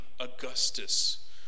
Augustus